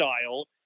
style